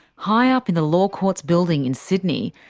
high up in the law courts building in sydney,